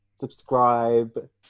Subscribe